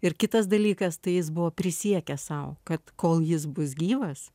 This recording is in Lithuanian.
ir kitas dalykas tai jis buvo prisiekęs sau kad kol jis bus gyvas